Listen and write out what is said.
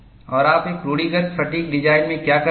और आप एक रूढ़िगत फ़ैटिग् डिजाइन में क्या करते हैं